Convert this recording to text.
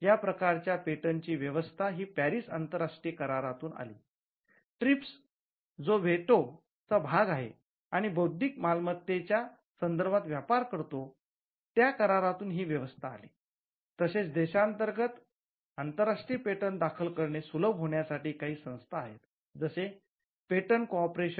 या प्रकारच्या पेटंट ची व्यवस्था हि पॅरिस आंतरराष्ट्रीय करारातून आली